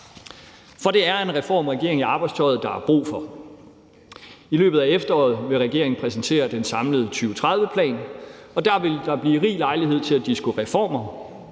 For det er en reformregering i arbejdstøjet, der er brug for. I løbet af efteråret vil regeringen præsentere den samlede 2030-plan, og der vil der blive rig lejlighed til at diskutere reformer,